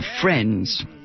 friends